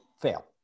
fail